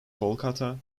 kolkata